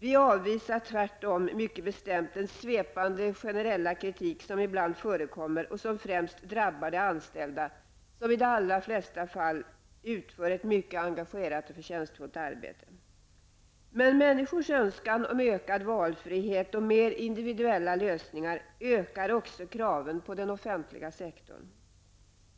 Vi avvisar tvärtom mycket bestämt den svepande generella kritik som ibland förekommer och som främst drabbar de anställda, som i de allra flesta fall utför ett mycket engagerat och förtjänstfullt arbete. Men människors önskan om ökad valfrihet och mer individuella lösningar ökar också kraven på den offentliga sektorn.